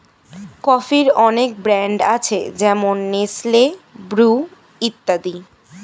কফির অনেক ব্র্যান্ড আছে যেমন নেসলে, ব্রু ইত্যাদি